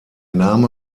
name